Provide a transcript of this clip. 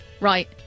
right